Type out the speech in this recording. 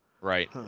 Right